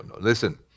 Listen